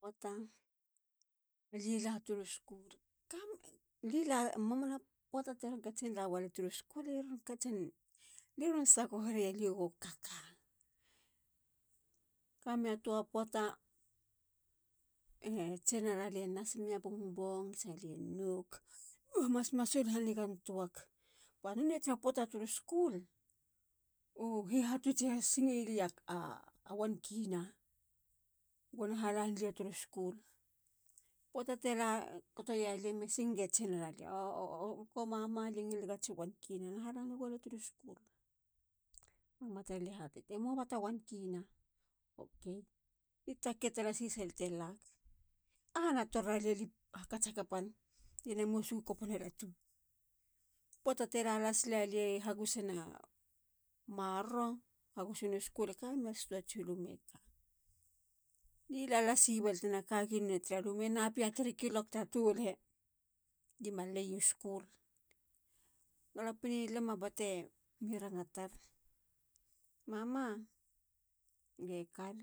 Poata. ali la turu school. kame. li. la mamana poata tiron katsin la walia turu school. liron katsin. liron sagohohereya. lie go kaka. kameya toa poata. e tsinara lie nas meya bongbong. salie nog. no hamasmasul hanigantoak. ba. none tala poats turu school. u hihatuts i hasingeyalia a k1- 00. okay. gona halanlia turu school. poata ti kato yalia. me singoge tsinaralia. o moko mama. lie ngileg tats k1- 00. na halanegolia turu school. mama taralie hateta. e moaba ta k1- 00. okay. li take talasi salia telak. ahana torir alia. li hakats hakapan. lie gona mos yi kopina latu. poata ti la las la lia i hagusina maroro. hagusina school e kameyats luma e ka. li la lasi balte na kagi nonei tara luma e na piya 3 kilok tara tolehe. li maleyiyu school. galapien i lama batemi rangatar. mama. ge kal.